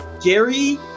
Gary